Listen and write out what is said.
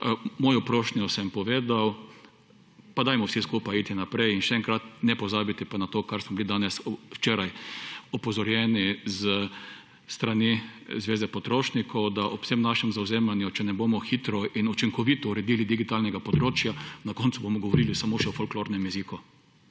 Mojo prošnjo sem povedal, pa dajmo vsi skupaj iti naprej in še enkrat, ne pozabiti pa na to kar smo bili danes, včeraj opozorjeni s strani Zveze potrošnikov, da ob vsem našem zavzemanju, če ne bomo hitro in učinkovito uredili digitalnega področja, na koncu bomo govorili samo še o folklornem jeziku.